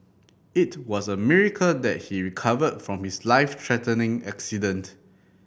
it was a miracle that he recovered from his life threatening accident